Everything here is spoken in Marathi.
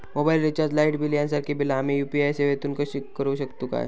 मोबाईल रिचार्ज, लाईट बिल यांसारखी बिला आम्ही यू.पी.आय सेवेतून करू शकतू काय?